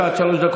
ההמון,